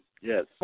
Yes